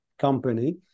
company